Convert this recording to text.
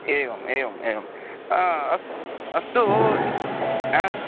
एवम् एवम् एवं अस् अस्तु हा